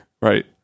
right